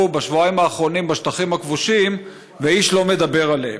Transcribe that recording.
בשבועיים האחרונים בשטחים הכבושים ואיש לא מדבר עליהם: